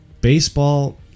Baseball